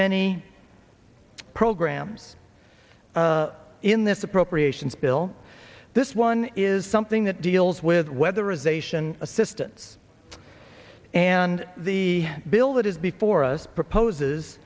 many programs in this appropriations bill this one is something that deals with whether is a ssion assistance and the bill that is before us proposes